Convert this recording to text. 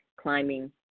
climbing